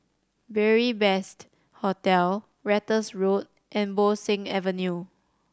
Beary Best Hostel Ratus Road and Bo Seng Avenue